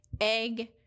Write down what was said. egg